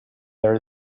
there